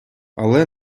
але